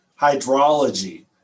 hydrology